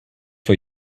for